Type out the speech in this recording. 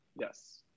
Yes